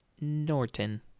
Norton